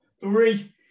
three